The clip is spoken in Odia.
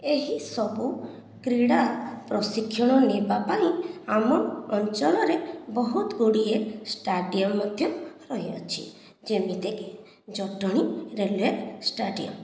ଏହିସବୁ କ୍ରୀଡ଼ା ପ୍ରଶିକ୍ଷଣ ନେବା ପାଇଁ ଆମ ଅଞ୍ଚଳରେ ବହୁତ ଗୁଡ଼ିଏ ଷ୍ଟାଡିଅମ୍ ମଧ୍ୟ ରହିଅଛି ଯେମିତିକି ଜଟଣୀ ରେଲୱେ ଷ୍ଟାଡ଼ିଅମ୍